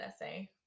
essay